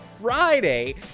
Friday